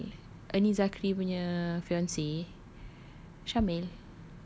syamel ernie zakri punya fiance syamel